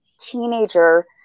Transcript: teenager